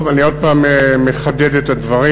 טוב, אני עוד פעם מחדד את הדברים: